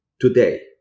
today